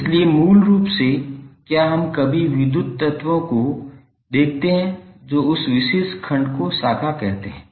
इसलिए मूल रूप से क्या हम कभी विद्युत् तत्वों को देखते हैं जो उस विशेष खंड को एक शाखा कहते हैं